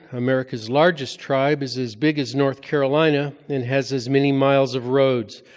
america's largest tribe, is as big as north carolina, and has as many miles of roads.